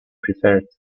preferred